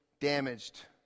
damaged